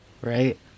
Right